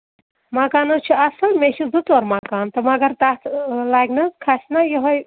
مکان حظ چھِ اَصٕل مےٚ چھِ زٕ ژور مَکان تہٕ مگر تَتھ لگہِ نہٕ حظ کھَسہِ نہ یِہَے